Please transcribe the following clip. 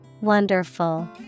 Wonderful